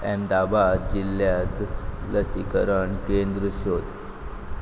अहमदाबाद जिल्ल्यांत लसीकरण केंद्र सोद